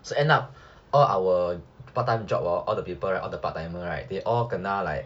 so end up all our part time job hor all the people right all the part timer right they all kena like